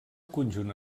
conjunt